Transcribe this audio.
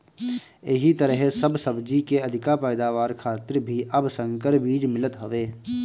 एही तरहे सब सब्जी के अधिका पैदावार खातिर भी अब संकर बीज मिलत हवे